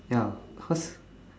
ya cause